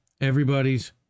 everybody's